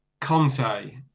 Conte